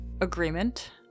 agreement